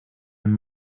and